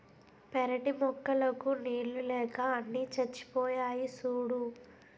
పెరటి మొక్కలకు నీళ్ళు లేక అన్నీ చచ్చిపోయాయి సూడూ